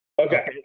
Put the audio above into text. okay